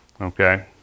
Okay